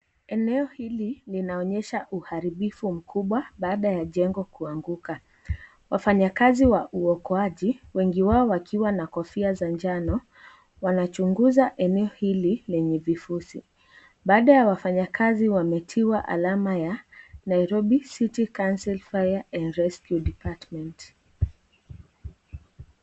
Eneo hili linaonyesha uharibifu mkubwa baada ya jengo kuanguka. Wafanyikazi kazi wa uokoaji, wengi wao wakiwa na Kofia za njano wanachunguza eneo hili lenye vifuzi, baada ya wafanya kazi wametia alama ya Nairobi City Council Fire and Rescue Department .